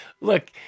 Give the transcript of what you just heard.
look